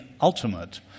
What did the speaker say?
ultimate